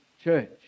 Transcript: church